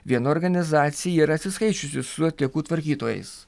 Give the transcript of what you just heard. viena organizacija yra atsiskaičiusi su atliekų tvarkytojais